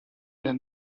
den